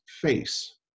face